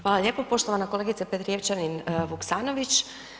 Hvala lijepo poštovana kolegice Petrijevčanin-Vuksanović.